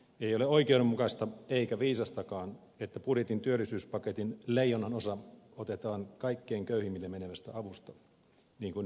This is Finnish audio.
ei ole oikeudenmukaista eikä viisastakaan että budjetin työllisyyspaketin leijonanosa otetaan kaikkein köyhimmille menevästä avusta niin kuin nyt suunnitellaan